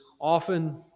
often